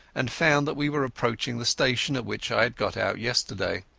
and found that we were approaching the station at which i had got out yesterday.